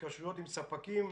התקשרויות עם ספקים,